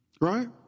Right